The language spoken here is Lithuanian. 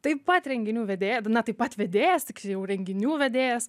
taip pat renginių vedėja na taip pat vedėjas tikjau renginių vedėjas